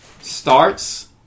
starts